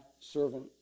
servant